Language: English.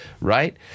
right